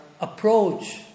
approach